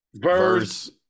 Verse